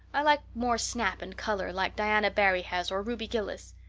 i like more snap and color, like diana barry has or ruby gillis.